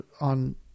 on